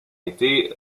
été